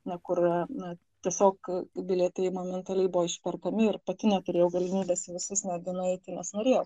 ne kur na tiesiog bilietai momentaliai buvo išperkami ir pati neturėjau galimybės į visus netgi nueiti nes norėjau